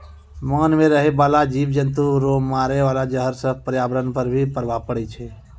मान मे रहै बाला जिव जन्तु रो मारे वाला जहर से प्रर्यावरण पर भी प्रभाव पड़ै छै